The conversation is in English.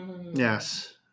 Yes